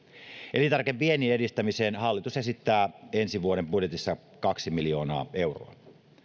elintarvikeviennin edistämiseen hallitus esittää ensi vuoden budjetissa kaksi miljoonaa euroa